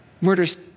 Murders